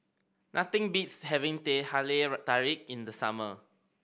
nothing beats having Teh Halia Tarik in the summer